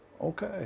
okay